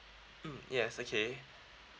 mm yes okay